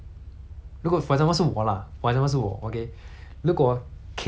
如果 K hor 我们的 instructor right K 叫我们去学一个